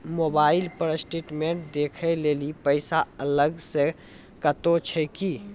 Mobile पर statement देखे लेली पैसा अलग से कतो छै की?